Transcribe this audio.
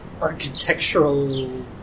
architectural